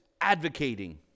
advocating